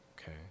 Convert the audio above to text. okay